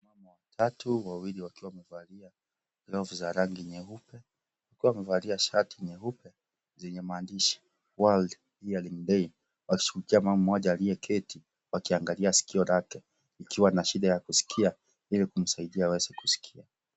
Wanawake watatu wawili wakiwa wamevalia glovu za rangi nyeupe wakiwa wamevalia shati nyeupe zenye maandishi (cs)World Hearing Day(cs) wakishughulikia mama mmoja aliyeketi akiangalia sikio lake likiwa na shida ya kuskia ili kumsaidia aweze kuskia.